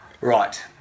right